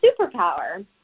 superpower